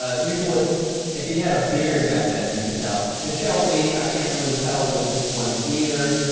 ah you courses if he had appeared back then you could tell michelle lee i can't really tell what this one the either